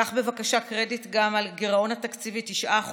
קח בבקשה קרדיט גם על הגירעון התקציבי, 9%,